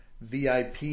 VIP